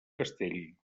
castell